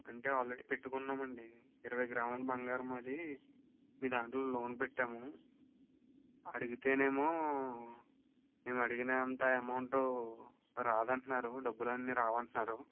అంటే ఆల్రెడీ పెట్టుకున్నాం అండి ఇరవై గ్రాముల బంగారం మాది మీ దాంట్లో లోన్ పెట్టాము అడిగితే ఏమో మేము అడిగినంతా అమౌంట్ రాదంటున్నారు డబ్బులు అన్నీ రావు అంటున్నారు